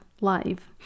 live